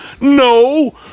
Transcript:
No